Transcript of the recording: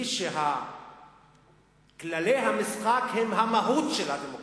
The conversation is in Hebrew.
היא שכללי המשחק הם המהות של הדמוקרטיה,